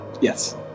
Yes